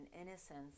innocence